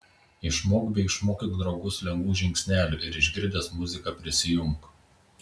išmok bei išmokyk draugus lengvų žingsnelių ir išgirdęs muziką prisijunk